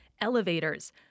elevators